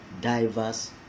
diverse